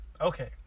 Okay